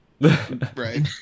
Right